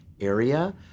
area